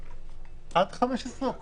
עד ה-15 או כולל?